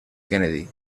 kennedy